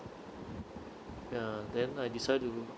uh then I decide to